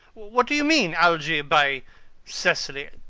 what do you mean, algy, by cecily!